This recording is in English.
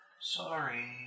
Sorry